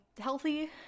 healthy